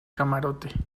camarote